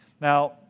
Now